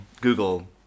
Google